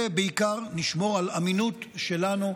ובעיקר נשמור על אמינות שלנו,